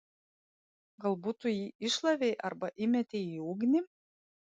galbūt tu jį iššlavei arba įmetei į ugnį